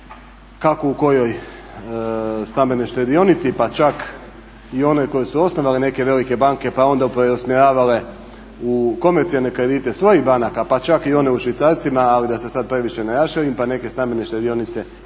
kako u kojoj stambenoj štedionici pa čak i onoj koju su osnovale neke velike banke pa onda preusmjeravale u komercijalne kredite svojih banaka pa čak i one u švicarcima ali da se sada previše ne raširim pa neke stambene štedionice i